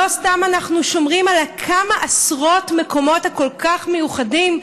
לא סתם אנחנו שומרים על כמה עשרות המקומות הכל-כך מיוחדים,